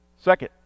Second